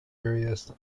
areas